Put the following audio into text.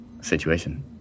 situation